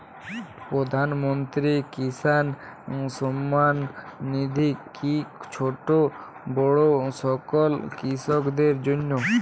প্রধানমন্ত্রী কিষান সম্মান নিধি কি ছোটো বড়ো সকল কৃষকের জন্য?